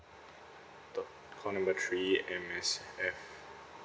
the call number three M_S_F